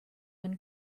when